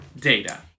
data